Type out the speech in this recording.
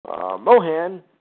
Mohan